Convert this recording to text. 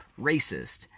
racist